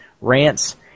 rants